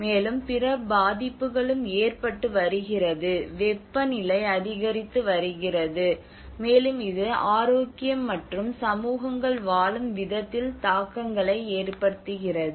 மேலும் பிற பாதிப்புகளும் ஏற்பட்டு வருகிறது வெப்பநிலை அதிகரித்து வருகிறது மேலும் இது ஆரோக்கியம் மற்றும் சமூகங்கள் வாழும் விதத்தில் தாக்கங்களை ஏற்படுத்துகிறது